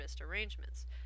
arrangements